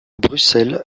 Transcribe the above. bruxelles